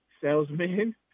salesman